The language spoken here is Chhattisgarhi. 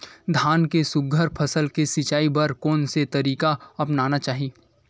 धान के सुघ्घर फसल के सिचाई बर कोन से तरीका अपनाना चाहि?